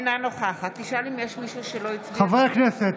אינה נוכחת חברי הכנסת,